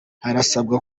harasabwa